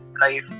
life